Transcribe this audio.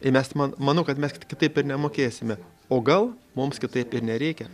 ir mes man manau kad mes kitaip ir nemokėsime o gal mums kitaip ir nereikia